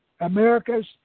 America's